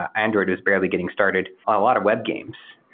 android is barely getting started. a lot of web games.